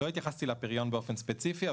לא התייחסתי לפריון באופן ספציפי.